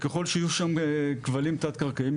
ככל שיהיו שם כבלים תת-קרקעיים,